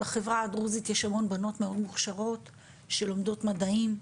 בחברה הדרוזית יש המון בנות מאוד מוכשרות שלומדות מדעים,